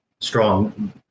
strong